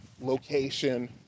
location